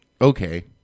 okay